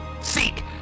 Seek